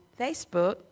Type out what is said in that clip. Facebook